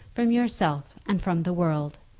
from yourself, and from the world.